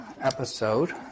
episode